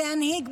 להנהיג,